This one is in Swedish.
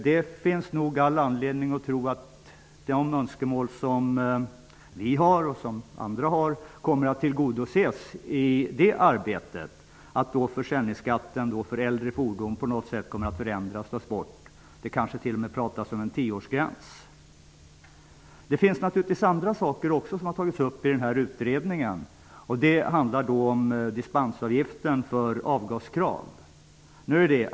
Det finns all anledning att tro att de önskemål som vi och andra har kommer att tillgodoses i detta arbete. Försäljningsskatten för äldre fordon kommer på något sätt att förändras eller tas bort. Det kanske t.o.m. pratas om en tioårsgräns. Det finns naturligtvis andra saker som har tagits upp i denna utredning. Det handlar om dispensavgiften när det gäller avgaskrav.